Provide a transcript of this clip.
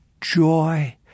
joy